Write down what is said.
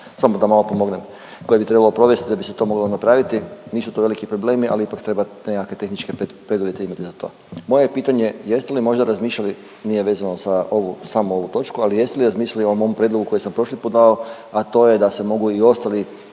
samo da malo pomognem, koje bi trebalo provesti da bi se to moglo napraviti. Nisu to veliki problemi, ali ipak treba nekakve tehničke preduvjete imati za to. Moje je pitanje jeste li možda razmišljali, nije vezano za samo ovu točku, ali jeste li razmišljali o mom prijedlogu koji sam prošli put dao, a to je da se mogu i ostali